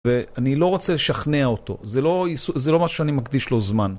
ואני לא רוצה לשכנע אותו, זה לא משהו שאני מקדיש לו זמן.